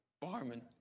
Barman